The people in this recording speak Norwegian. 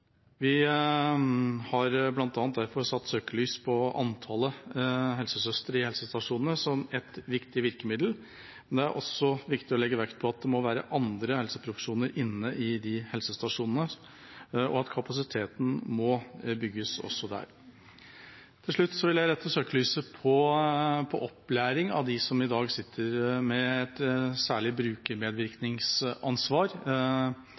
Vi har bl.a. derfor satt søkelys på antallet helsesøstre i helsestasjonene som ett viktig virkemiddel, men det er også viktig å legge vekt på at det må være andre helseprofesjoner i helsestasjonene, og at kapasiteten må bygges også der. Til slutt vil jeg rette søkelyset mot opplæring av dem som i dag sitter med et særlig